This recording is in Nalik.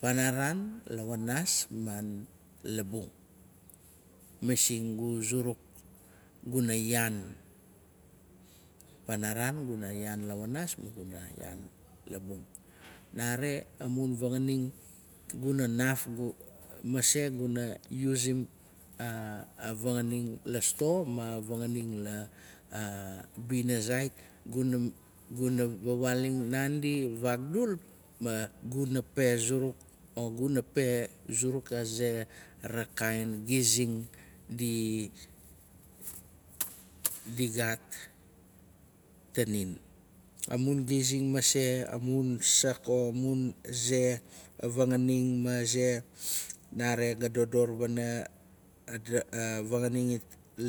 Panaran lawaanaas. ma labung. Masing gu zuruk guna yaan panaraan. guna yaan lawaanasma guna yaan labung. Nare amun fanganing guna naat mase guna usim a vanganing la sto mu a vanganing la bina sait. guna vawaaling naandi vakdul. ma guna pe zuruk guna pe zuruk aze ra kain gizing di gaat tanin. Amun gizing mase. mase amun sak o mun ze a vanganing maze nare ga dodor wana. a vanganing i